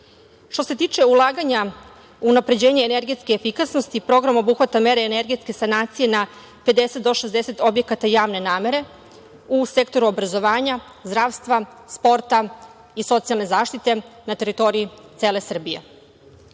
.Što se tiče ulaganja u unapređenje energetske efikasnosti, program obuhvata mere energetske sanacije na 50 do 60 objekata javne namene u sektoru obrazovanja, zdravstva, sporta i socijalne zaštite na teritoriji cele Srbije.